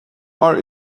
are